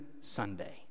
Sunday